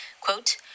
Quote